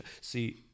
See